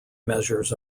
measures